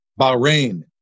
Bahrain